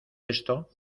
esto